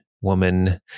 woman